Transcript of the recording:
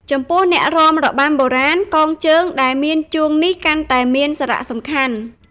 ចំពោះ អ្នករាំរបាំបុរាណ កងជើងដែលមានជួងនេះកាន់តែមានសារៈសំខាន់។